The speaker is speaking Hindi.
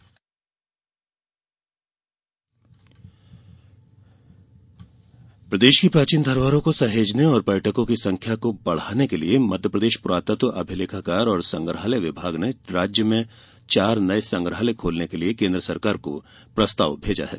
संग्रहालय प्रदेश की प्राचीन धरोहरों को सहेजने और पर्यटकों की संख्या बढ़ाने के लिए मप्र पुरातत्व अभिलेखागार और संग्रहालय विभाग ने राज्य में चार नए संग्रहालय खोलने के लिए केंद्र सरकार को प्रस्ताव भेजा है